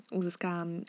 uzyskałam